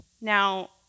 Now